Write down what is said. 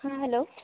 ᱦᱮᱸ ᱦᱮᱞᱳ